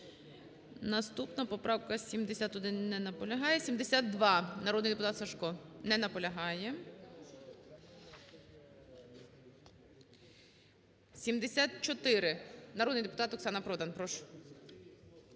Наступна поправка 71. Не наполягає. 72, народний депутат Сажко. Не наполягає. 74, народний депутат Оксана Продан. Прошу.